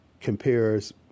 compares